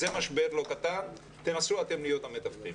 זה משבר לא קטן, תנסו אתם להיות המתווכים.